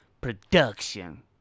Production